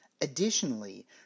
Additionally